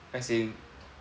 as in